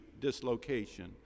dislocation